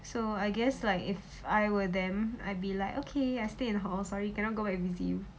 so I guess like if I were them I be like okay I stay in hall sorry cannot go back visit you